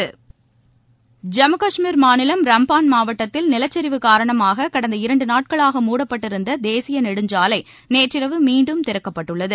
ஐம்மு கஷ்மீர் மாநிலம் ரம்பான் மாவட்டத்தில் நிலச்சரிவு காரணமாக கடந்த இரண்டு நாட்களாக மூடப்பட்டிருந்த தேசிய நெடுஞ்சாலை நேற்றிரவு மீண்டும் திறக்கப்பட்டுள்ளது